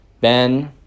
Ben